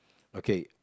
okay